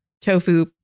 tofu